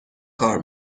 کار